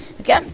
okay